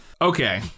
okay